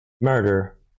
murder